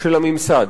של הממסד.